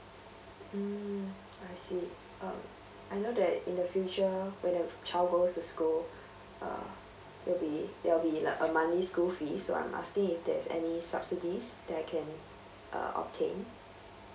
mm I see um I know that in the future when the child go to school uh there will be there will be like a monthly school fees so I'm asking if there's any subsidies that I can uh obtain